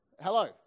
Hello